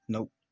Nope